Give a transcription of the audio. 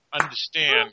understand